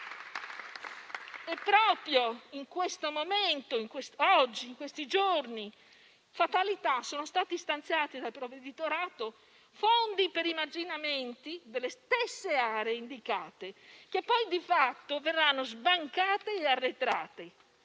Proprio in questi giorni per fatalità sono stati stanziati dal provveditorato fondi per i marginamenti delle stesse aree indicate, che poi di fatto verranno sbancate e arretrate;